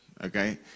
okay